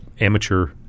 amateur